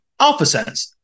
AlphaSense